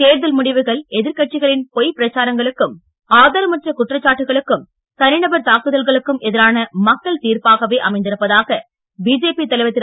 தேர்தல் முடிவுகள் எதிர்க்கட்சிகளின் பொய்ப் பிரச்சாரங்களுக்கும் ஆதாரமற்ற குற்றச்சாட்டுகளுக்கும் தனிநபர் தாக்குதல்களுக்கும் எதிரான மக்கள் தீர்ப்பாகவே அமைந்திருப்பதாக பிஜேபி தலைவர் திரு